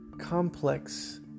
complex